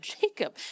Jacob